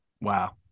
Wow